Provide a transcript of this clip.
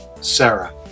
Sarah